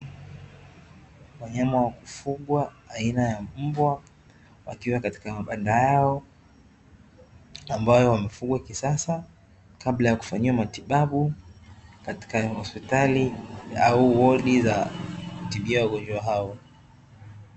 Wanyama wa kufugwa aina ya mbwa, wakiwa katika mabanda yao ambayo wamefugwa kisasa kabla ya kupatiwa matibabu, katika hosipitali au wodi za kutibia wagonjwa hao.